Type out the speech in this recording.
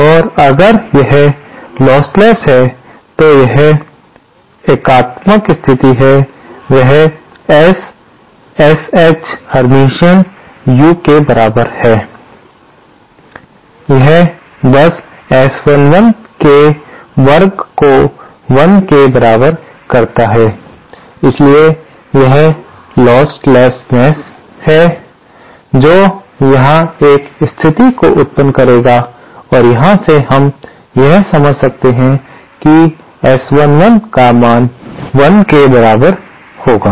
और अगर यह लोस्टलेस तो यह एकात्मक स्थिति है वह S SH हरमिटियन U के बराबर है यह बस S11 के वर्ग को 1 के बराबर करता है इसलिए यह लोस्टलेसनेस है जो यहां एक स्थिति को उत्पन्न करेगा और यहां से हम यह समझ सकते हैं कि S11 का मान 1 के बराबर होगा